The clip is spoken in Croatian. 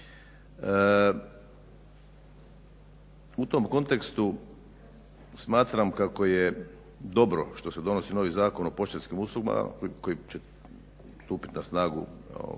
U tom kontekstu smatram kako je dobro što se donosi novi Zakon o poštanskim uslugama koji će stupiti na snagu krajem,